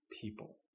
people